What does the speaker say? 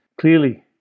clearly